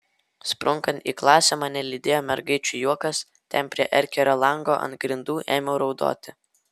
sprunkant į klasę mane lydėjo mergaičių juokas ten prie erkerio lango ant grindų ėmiau raudoti